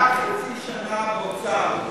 אתה רק חצי שנה באוצר,